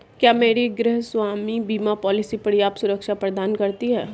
क्या मेरी गृहस्वामी बीमा पॉलिसी पर्याप्त सुरक्षा प्रदान करती है?